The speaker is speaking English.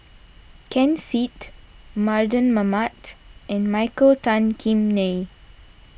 Ken Seet Mardan Mamat and Michael Tan Kim Nei